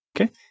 Okay